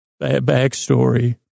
backstory